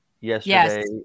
yesterday